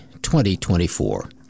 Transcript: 2024